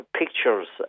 pictures